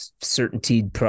certainty